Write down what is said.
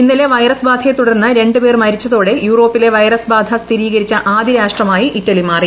ഇന്നലെ വൈറസ് ബാധയെ തുടർന്ന് രണ്ട് പേർ മരിച്ചതോടെ യൂറോപ്പിലെ വൈറസ് ബാധ സ്ഥിരീകരിച്ച ആദ്യ രാഷ്ട്രമായി ഇറ്റലി മാറി